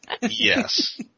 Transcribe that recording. Yes